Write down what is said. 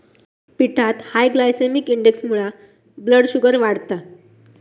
पिठात high glycemic इंडेक्समुळा blood sugar वाढता